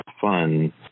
fun